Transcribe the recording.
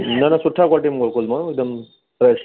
न न सुठा क्वालिटी में मोकिलमाव हिकदमि फ़्रेश